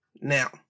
Now